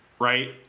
right